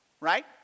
right